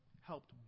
helped